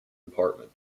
department